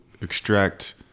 Extract